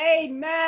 Amen